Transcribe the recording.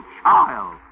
child